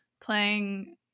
playing